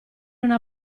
una